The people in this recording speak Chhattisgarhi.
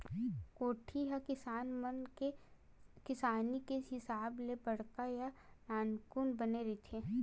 कोठी ह किसान मन के किसानी के हिसाब ले बड़का या नानकुन बने रहिथे